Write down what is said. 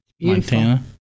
Montana